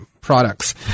products